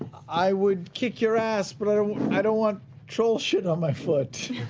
i would kick your ass, but i don't i don't want troll shit on my foot.